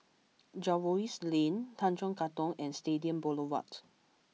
Jervois Lane Tanjong Katong and Stadium Boulevard